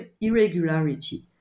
irregularity